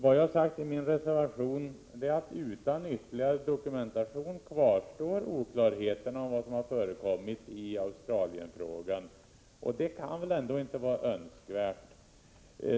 Vad jag har sagt i min reservation är att utan ytterligare dokumentation kvarstår oklarheterna om vad som har förekommit i Australienfrågan. Det kan väl ändå inte vara önskvärt.